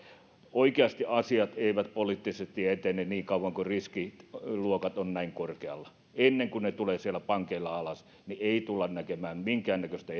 oikeasti asiat eivät poliittisesti etene niin kauan kuin riskiluokat ovat näin korkealla ennen kuin ne tulevat pankeilla alas ei tulla näkemään minkäännäköistä